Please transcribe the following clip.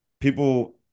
people